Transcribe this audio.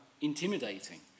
intimidating